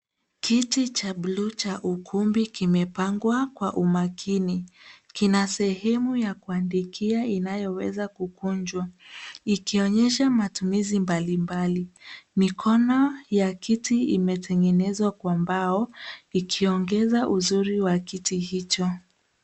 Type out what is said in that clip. Kiti cha bluu cha ukumbi kime pangwa kwa umakini. Kina sehemu ya kuandikia inayoweza kukunjwa. Ikionyesha matumizi mbali mbali. Mikona ya kiti imetenginezwa kwa mbao, ikiongeza uzuri wa kiti hicho.